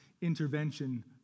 intervention